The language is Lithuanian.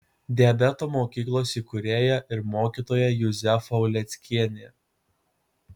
diabeto mokyklos įkūrėja ir mokytoja juzefa uleckienė